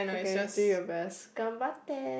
okay do your best ganbatte